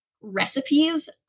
recipes